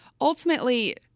ultimately